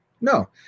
No